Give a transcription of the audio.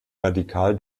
radikal